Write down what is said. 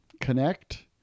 connect